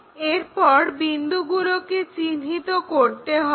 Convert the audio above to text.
এরপর বিন্দুগুলোকে চিহ্নিত করতে হবে